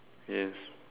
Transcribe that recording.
yes